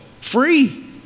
Free